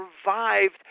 survived